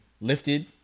lifted